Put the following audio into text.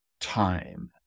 time